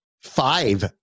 Five